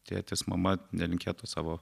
tėtis mama nelinkėtų savo